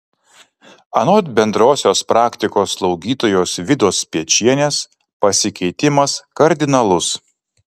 anot bendrosios praktikos slaugytojos vidos spiečienės pasikeitimas kardinalus